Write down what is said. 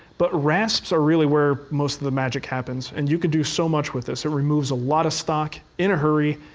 but rasps are really where most of the magic happens. and you could do so much with this. it removes a lot of stock in a hurry,